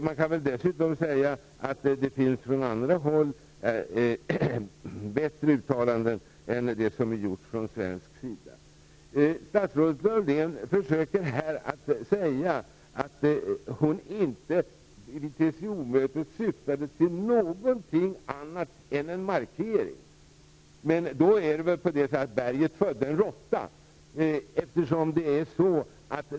Man kan väl dessutom säga att det finns bättre uttalanden från andra håll än det som har uttalats från svensk sida. Statsrådet Reidunn Laurén försöker här säga att hon vid TCO-mötet enbart syftade till en markering. Men då måste väl berget ha fött en råtta.